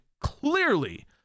clearly